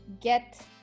get